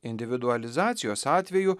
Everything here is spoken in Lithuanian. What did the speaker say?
individualizacijos atveju